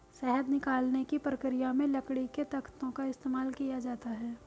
शहद निकालने की प्रक्रिया में लकड़ी के तख्तों का इस्तेमाल किया जाता है